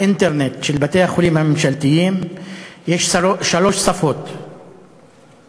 האינטרנט של בתי-החולים הממשלתיים יש שלוש שפות,